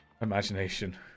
imagination